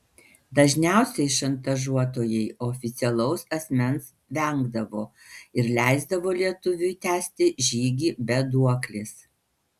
dažniausiai šantažuotojai oficialaus asmens vengdavo ir leisdavo lietuviui tęsti žygį be duoklės